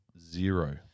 Zero